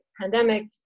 pandemic